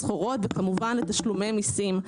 סחורות וכמובן לתשלומי מיסים.